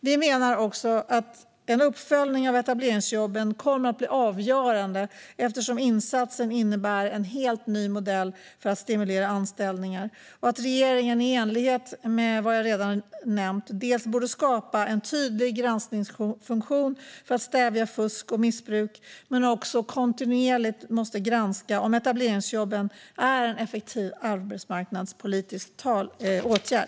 Vi menar också att en uppföljning av etableringsjobben kommer att bli avgörande, eftersom insatsen innebär en helt ny modell för att stimulera anställningar och att regeringen i enlighet med vad jag redan nämnt borde skapa en tydlig granskningsfunktion för att stävja fusk och missbruk men också kontinuerligt måste granska om etableringsjobben är en effektiv arbetsmarknadspolitisk åtgärd.